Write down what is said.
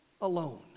alone